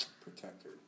Protector